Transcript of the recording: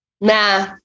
Nah